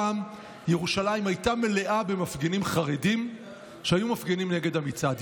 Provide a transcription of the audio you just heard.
פעם ירושלים הייתה מלאה במפגינים חרדים שהיו מפגינים נגד המצעד.